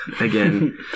Again